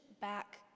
back